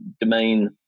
domain